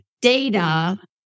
data